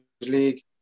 League